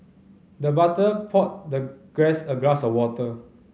the butler poured the guest a glass of water